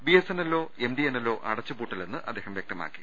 ബിഎസ്എൻഎലോ എംടിഎൻഎലോ അടച്ചുപൂട്ടില്ലെന്ന് അദ്ദേഹം വൃക്തമാക്കി